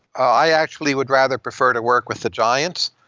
i actually would rather prefer to work with the giants.